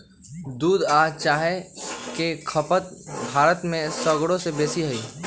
दूध आ चाह के खपत भारत में सगरो से बेशी हइ